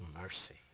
mercy